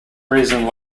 reason